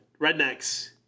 rednecks